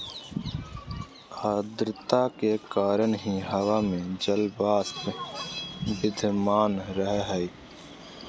आद्रता के कारण ही हवा में जलवाष्प विद्यमान रह हई